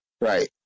Right